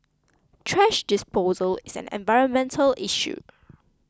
thrash disposal is an environmental issue